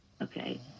okay